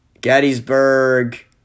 Gettysburg